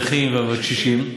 הנכים והקשישים,